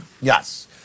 Yes